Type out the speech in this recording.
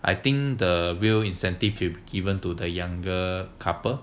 I think the real incentive given to the younger couple